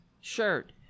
shirt